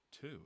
two